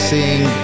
sing